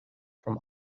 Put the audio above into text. from